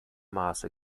maße